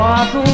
walk